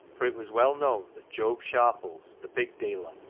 for it was well known that job sharpies, the pig dealer,